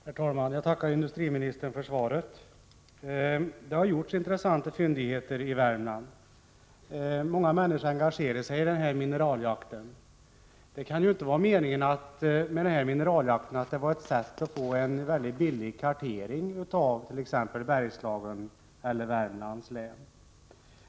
Herr talman! Jag tackar industriministern för svaret. Det har gjorts intressanta fyndigheter i Värmland. Många människor engagerar sig i mineraljakten. Det kan ju inte ha varit meningen att mineraljakten skulle vara ett sätt att få en billig kartering av t.ex. Bergslagen eller Värmlands län.